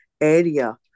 area